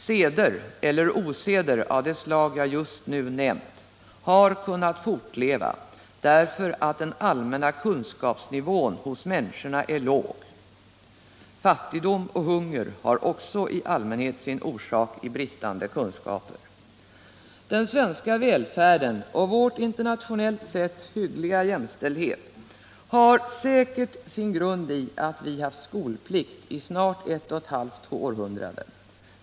Seder eller oseder av det slag jag just nämnt har kunnat fortleva därför att den allmänna kunskapsnivån hos människorna är låg. Fattigdom och hunger har också i allmänhet sin orsak i bristande kunskaper. Den svenska välfärden och vår internationellt sett hyggliga jämställdhet har säkert sin grund i att vi haft skolplikt i snart ett och ett halvt århundrade.